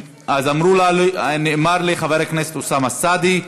אז נאמר לי: חבר הכנסת אוסאמה סעדי.